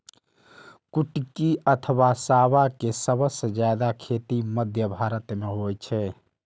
कुटकी अथवा सावां के सबसं जादे खेती मध्य भारत मे होइ छै